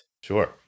Sure